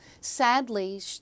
sadly